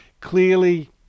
Clearly